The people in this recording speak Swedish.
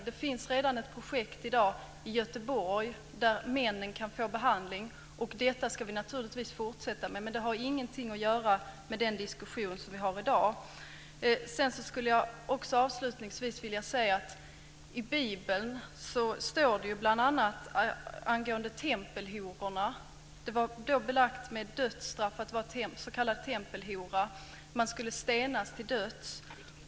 Det finns i dag ett projekt i Göteborg, där männen kan få behandling. Detta ska vi naturligtvis fortsätta med. Men det har ingenting att göra med den diskussion som vi har i dag. Avslutningsvis skulle jag vilja ta upp vad Bibeln säger angående de s.k. tempelhororna. Det var belagt med dödsstraff att vara tempelhora. De skulle stenas till döds.